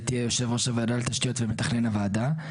תהיה יושב ראש הוועדה לתשתיות ומתכנן הועדה,